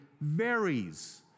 varies